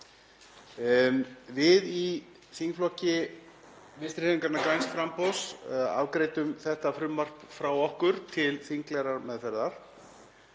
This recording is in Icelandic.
Við í þingflokki Vinstri hreyfingarinnar – græns framboðs afgreiddum þetta frumvarp frá okkur til þinglegrar meðferðar.